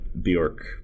Bjork